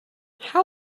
how